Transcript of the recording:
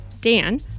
Dan